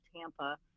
Tampa